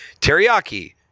teriyaki